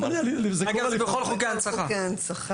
אגב, זה בכל חוקי ההנצחה.